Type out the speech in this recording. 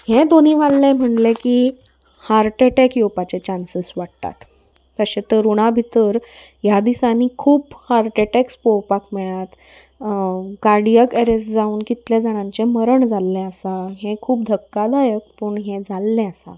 हें दोनी वाडलें म्हणलें की हार्ट एटॅक येवपाचे चान्सीस वाडटात तशें तरुणा भितर ह्या दिसांनी खूब हार्ट एटॅक्स पोवपाक मेळ्यात कार्डियेक एरेस्ट जावन कितले जाणांचें मरण जाल्लें आसा हें खूब धक्कादायक पूण हें जाल्लें आसा